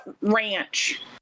ranch